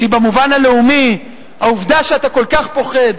כי במובן הלאומי העובדה שאתה כל כך פוחד,